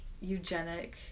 eugenic